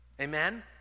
Amen